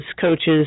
coaches